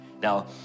Now